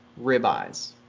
ribeyes